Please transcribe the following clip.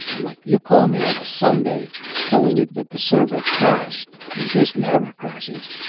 i'm like, you call me on a sunday telling me that the server crashed, and this never crashes.